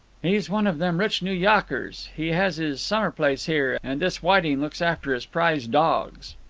he's one of them rich new yawkers. he has his summer place here, and this whiting looks after his prize dawgs.